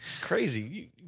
Crazy